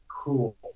cool